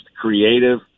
creative